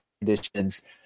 conditions